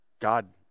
God